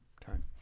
time